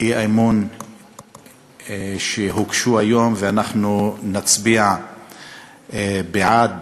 האי-אמון שהוגשו היום, ואנחנו נצביע בעד